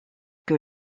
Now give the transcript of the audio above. que